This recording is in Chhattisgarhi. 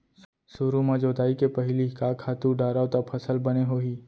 सुरु म जोताई के पहिली का खातू डारव त फसल बने होही?